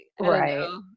Right